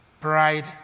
pride